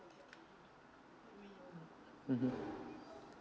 (uh huh)